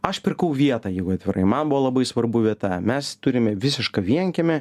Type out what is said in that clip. aš pirkau vietą jeigu atvirai man buvo labai svarbu vieta mes turime visišką vienkiemį